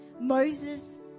Moses